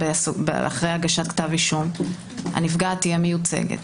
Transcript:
אחרי הגשת כתב אישום הנפגעת תהיה מיוצגת.